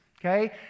Okay